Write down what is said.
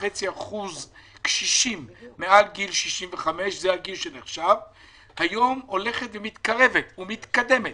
11.5% קשישים מעל גיל 65, היום הולכת ומתקדמת